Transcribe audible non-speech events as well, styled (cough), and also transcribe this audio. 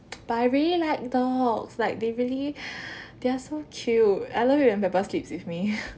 (noise) but I really like dogs like they really they're so cute I love it when pepper sleeps with me (laughs)